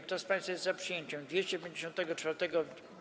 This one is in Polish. Kto z państwa jest za przyjęciem 254.